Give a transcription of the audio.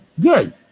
Good